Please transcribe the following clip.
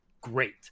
great